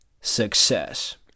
success